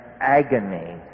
agony